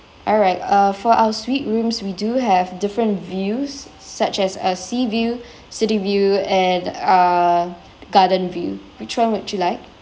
alright uh for our suite rooms we do have different views such as as seaview city view and uh garden view which one would you like